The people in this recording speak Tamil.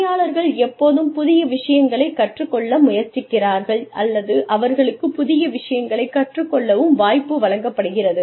பணியாளர்கள் எப்போதும் புதிய விஷயங்களைக் கற்றுக்கொள்ள முயற்சிக்கிறார்கள் அல்லது அவர்களுக்கு புதிய விஷயங்களைக் கற்றுக் கொள்ளவும் வாய்ப்பு வழங்கப்படுகிறது